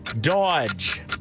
Dodge